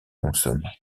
consomment